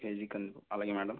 KG కంది అలాగే madam